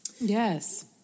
Yes